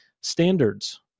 standards